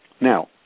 Now